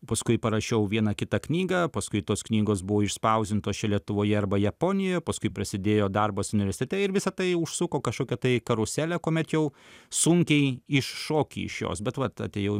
paskui parašiau vieną kitą knygą paskui tos knygos buvo išspausdintos čia lietuvoje arba japonijoje paskui prasidėjo darbas universitete ir visa tai užsuko kažkokia tai karuselė kuomet jau sunkiai iššoki iš jos bet vat atėjau